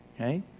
okay